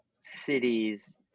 cities